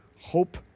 hope